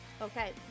Okay